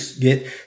get